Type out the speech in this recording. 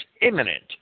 imminent